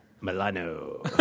Milano